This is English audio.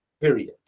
period